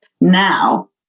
now